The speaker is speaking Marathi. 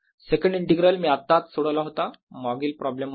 सेकंड इंटीग्रल मी आत्ताच सोडवला होता मागील प्रॉब्लेम मध्ये